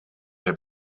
heb